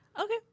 Okay